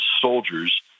soldiers